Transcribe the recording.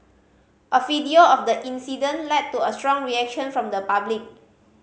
a video of the incident led to a strong reaction from the public